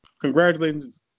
congratulations